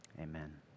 amen